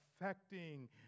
affecting